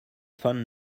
phone